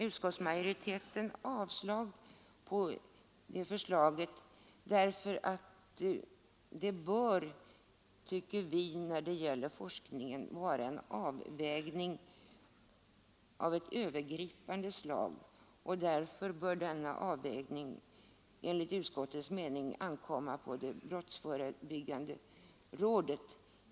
Utskottsmajoriteten avstyrker det förslaget. Vi tycker att det i fråga om forskningen bör vara en avvägning av ett övergripande slag, och därför bör denna avvägning enligt utskottets mening ankomma på det brottsförebyggande rådet.